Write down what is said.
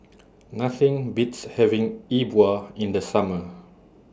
Nothing Beats having E Bua in The Summer